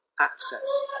Access